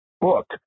book